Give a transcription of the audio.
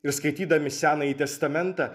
ir skaitydami senąjį testamentą